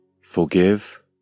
Forgive